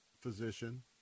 physician